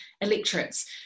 electorates